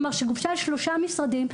כלומר שגובשה שלושה משרדים.